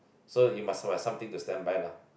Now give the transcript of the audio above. so you must must something to standby lah